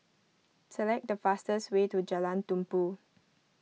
select the fastest way to Jalan Tumpu